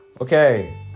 Okay